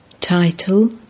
Title